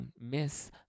miss